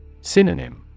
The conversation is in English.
Synonym